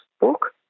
book